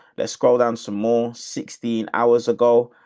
let's scroll down some more sixteen hours ago.